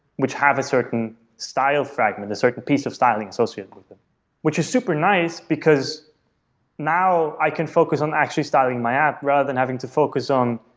which have a certain style fragment, a certain piece of styling associated with it which is super nice, because now i can focus on actually styling my app, rather than having to focus on,